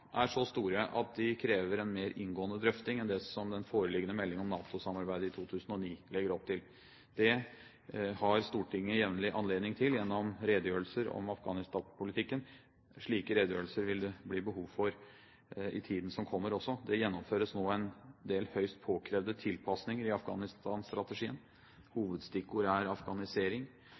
er så store at de krever en mer inngående drøfting enn det som den foreliggende meldingen om NATO-samarbeidet i 2009 legger opp til. Det har Stortinget jevnlig anledning til gjennom redegjørelser om Afghanistan-politikken. Slike redegjørelser vil det bli behov for i tiden som kommer også. Det gjennomføres nå en del høyst påkrevde tilpasninger i Afghanistan-strategien. Hovedstikkord er afghanisering